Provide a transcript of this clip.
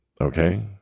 okay